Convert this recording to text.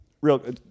real